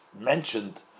mentioned